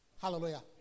Hallelujah